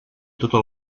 totes